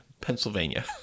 Pennsylvania